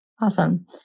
Awesome